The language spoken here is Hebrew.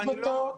לא.